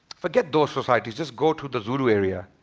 forget those societies, just go to the zulu area.